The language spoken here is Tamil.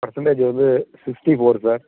பர்சண்டேஜ் வந்து ஃபிஃப்ட்டி ஃபோர் சார்